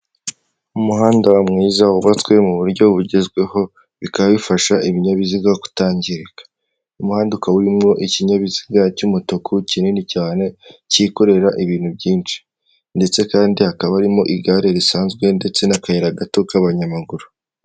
Umuhanda mwiza wubatswe mu buryo bugezweho bikaba bifasha ibinyabiziga kutangirika. Uyu muhanda ukaba urimo ikinyabiziga cy'umutuku kinini cyane, cyikorera ibintu byinshi; ndetse kandi hakaba harimo igare risanzwe ndetse n'akayira gato k'abanyamaguru.